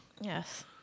Yes